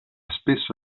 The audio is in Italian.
spesso